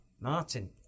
Martin